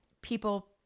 people